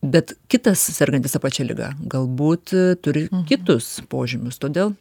bet kitas sergantis ta pačia liga galbūt turi kitus požymius todėl